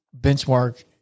benchmark